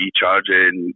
charging